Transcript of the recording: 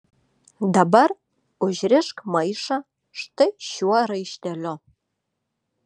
dabar užrišk maišą štai šiuo raišteliu